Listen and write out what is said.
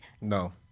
No